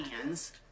hands